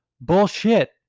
bullshit